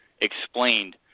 explained